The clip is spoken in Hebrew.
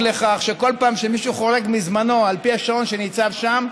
לכך שכל פעם שמישהו חורג מזמנו על פי השעון שניצב שם,